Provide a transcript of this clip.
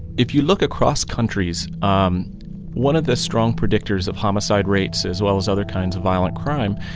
if you look across countries, um one of the strong predictors of homicide rates, as well as other kinds of violent crime,